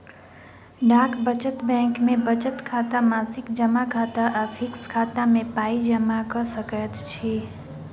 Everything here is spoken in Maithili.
डाक बचत बैंक मे बचत खाता, मासिक जमा खाता आ फिक्स खाता मे पाइ जमा क सकैत छी